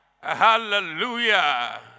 Hallelujah